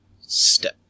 Step